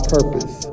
Purpose